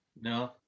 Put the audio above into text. No